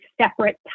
separate